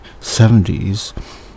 70s